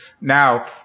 Now